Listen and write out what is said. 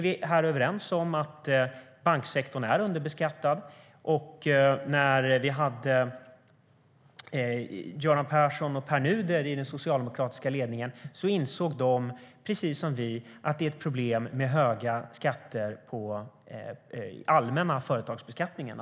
Vi är överens om att banksektorn är underbeskattad. När Göran Persson och Pär Nuder var i den socialdemokratiska ledningen insåg de, precis som vi gör, att hög bolagsskatt är ett problem.